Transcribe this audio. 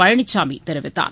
பழனிசாமி தெரிவித்தார்